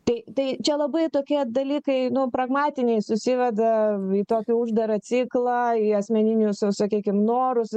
tai tai čia labai tokie dalykai nu pragmatiniai susiveda į tokį uždarą ciklą į asmeninius sakykim norus